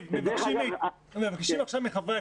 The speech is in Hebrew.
אני רוצה לפרגן ולומר שברור לי